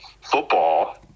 football